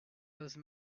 those